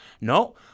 No